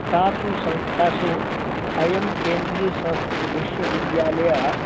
तासु संस्थासु अयं केन्द्रीयसंस्कृतविश्वविद्यालयः